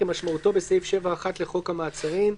כמשמעותו בסעיף 7(1) לחוק המעצרים,